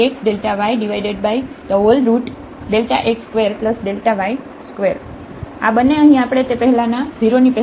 zf0x0y f00 ΔxΔyΔx2Δy2 તેથી આ બંને અહીં આપણે તે પહેલાંના 0 ની પહેલાં જોયું છે